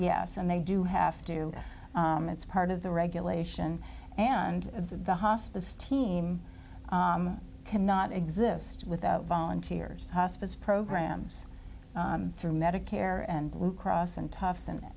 yes and they do have to do it's part of the regulation and the hospice team cannot exist without volunteers hospice programs through medicare and blue cross and